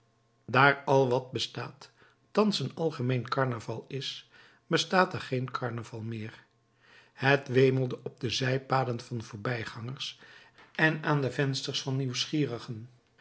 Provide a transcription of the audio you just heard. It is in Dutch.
daar al wat bestaat thans een algemeen karnaval is bestaat er geen karnaval meer het wemelde op de zijpaden van voorbijgangers en aan de vensters van nieuwsgierigen